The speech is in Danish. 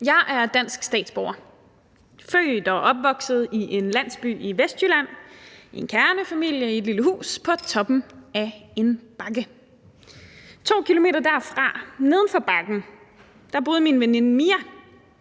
Jeg er dansk statsborger, født og opvokset i en landsby i Vestjylland i en kernefamilie i et lille hus på toppen af en bakke. 2 km derfra, neden for bakken, boede min veninde Mia,